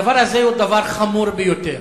הדבר הזה הוא דבר חמור ביותר.